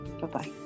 bye-bye